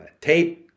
tape